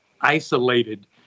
isolated